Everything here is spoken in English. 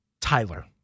Tyler